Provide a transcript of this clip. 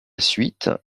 suite